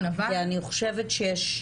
כי אני חושבת שיש --- נכון.